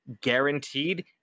guaranteed